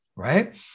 right